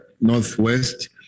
Northwest